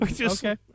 Okay